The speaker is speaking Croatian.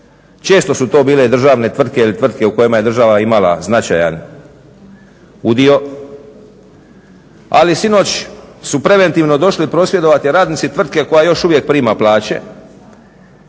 Često su to bile državne tvrtke ili tvrtke u kojima je država imala značajan udio, ali sinoć su preventivno došli prosvjedovati radnici tvrtke koja još uvijek prima plaće.